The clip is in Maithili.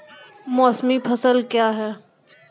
मौसमी फसल क्या हैं?